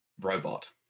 robot